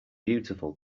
beautiful